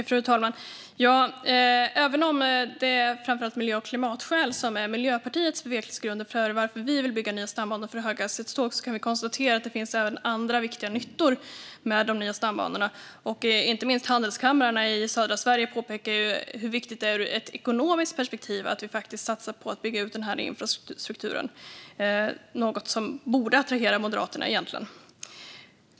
Fru talman! Även om det framför allt är miljö och klimatskäl som är Miljöpartiets bevekelsegrunder för att vi vill bygga nya stambanor för höghastighetståg kan vi konstatera att det även finns andra viktiga nyttor med de nya stambanorna. Inte minst handelskamrarna i södra Sverige påpekar hur viktigt det är ur ett ekonomiskt perspektiv att vi satsar på att bygga ut den här infrastrukturen. Det är något som egentligen borde attrahera Moderaterna.